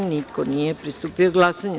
Niko nije pristupio glasanju.